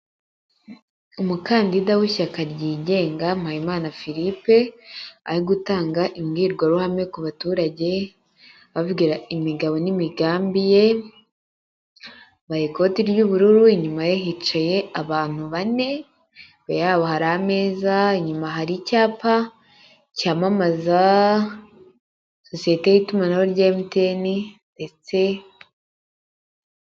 Umukandida w'ishyaka ryigenga Mpayimana Phillipe, ari gutanga imbwirwaruhame ku baturage ababwira imigabo n'imigambi ye, yambaye ikoti ry'ubururu, inyuma ye hicaye abantu bane, imbere yaho hari ameza, inyuma hari icyapa cyamamaza sosiyete y'itumanaho rya MTN ndetse...